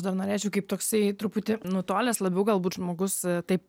dar norėčiau kaip toksai truputį nutolęs labiau galbūt žmogus taip